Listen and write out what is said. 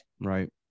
Right